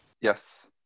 Yes